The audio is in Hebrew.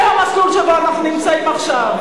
זה המסלול שבו אנחנו נמצאים עכשיו.